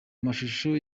amashusho